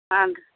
ಹಾಂ ರೀ